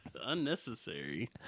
Unnecessary